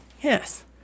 Yes